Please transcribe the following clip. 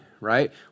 right